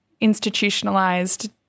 institutionalized